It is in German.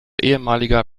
ehemaliger